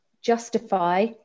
justify